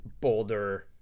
boulder